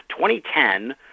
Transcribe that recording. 2010